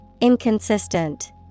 Inconsistent